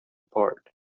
apart